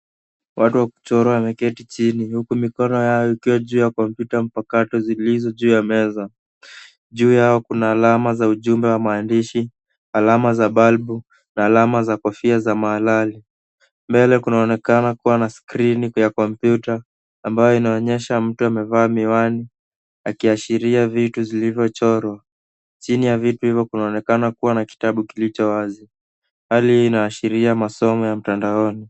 Watu wa kuchora wameketi chini huku mikono yao yakiwa juu ya kompyuta mpakato zilizo juu ya meza. Juu yao kuna alama za ujumbe wa maandishi alama za balbu alama za kofia za mahalaii. Mbele kunaonekana kuwa na skrini ya kompyuta ambayo inaonyesha mtu amevaa miwani akiashiria vitu vilivyochirwa. Hali hii inaashiria masomo ya mtandaoni.